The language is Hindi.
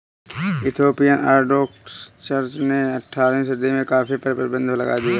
इथोपियन ऑर्थोडॉक्स चर्च ने अठारहवीं सदी में कॉफ़ी पर प्रतिबन्ध लगा दिया